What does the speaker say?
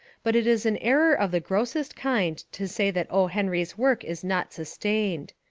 but it is an error of the grossest kind to say that o. henry's work is not sustained.